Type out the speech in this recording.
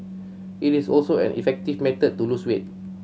it is also an effective method to lose weight